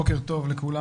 בוקר טוב לכולם.